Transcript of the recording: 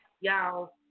y'all